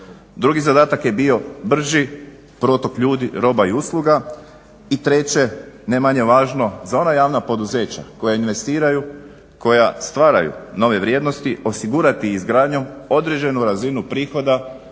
Drugi zadatak je bio brži protok ljudi, roba i usluga. I treće ne manje važno, za ona javna poduzeća koja investiraju, koja stvaraju nove vrijednosti osigurati izgradnju određenu razinu prihoda